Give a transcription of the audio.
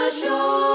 show